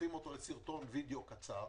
הופכים אותו לסרטון וידאו קצר.